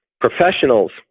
professionals